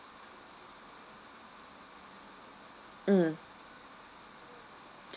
mm